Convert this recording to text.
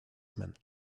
meant